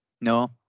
No